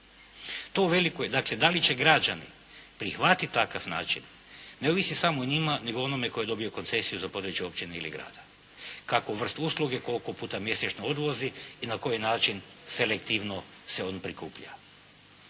odvojeno. Dakle, da li će građani prihvatiti takav način ne ovisi samo o njima nego i o onome tko je dobio koncesiju za područje općine ili grada, kakvu vrst usluge, koliko puta mjesečno odvozi i na koji način selektivno se on prikuplja.